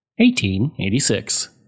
1886